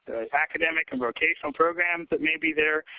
academic and rotational programs that may be there.